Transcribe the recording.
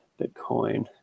Bitcoin